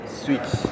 switch